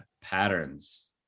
patterns